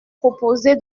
proposé